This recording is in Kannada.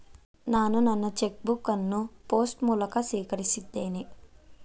ನಾನು ನನ್ನ ಚೆಕ್ ಬುಕ್ ಅನ್ನು ಪೋಸ್ಟ್ ಮೂಲಕ ಸ್ವೀಕರಿಸಿದ್ದೇನೆ